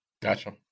Gotcha